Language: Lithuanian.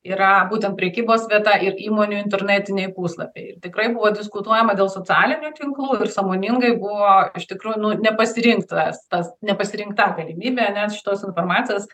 yra būtent prekybos vieta ir įmonių internetiniai puslapiai ir tikrai buvo diskutuojama dėl socialinių tinklų ir sąmoningai buvo iš tikrųjų nu nepasirinktas tas nepasirinkta galimybė ane šitos informacijos